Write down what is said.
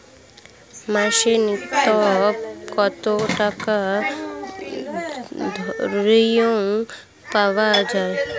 মাসে নূন্যতম কত টাকা ঋণ পাওয়া য়ায়?